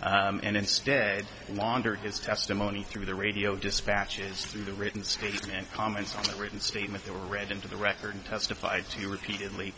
and instead launder his testimony through the radio dispatches through the written statement comments on the written statement that were read into the record testified to you repeatedly